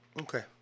okay